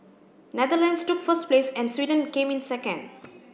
Netherlands took first place and Sweden came in second